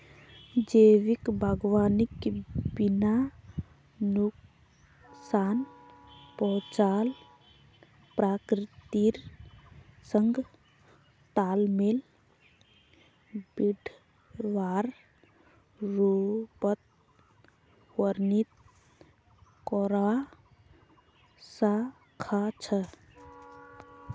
जैविक बागवानीक बिना नुकसान पहुंचाल प्रकृतिर संग तालमेल बिठव्वार रूपत वर्णित करवा स ख छ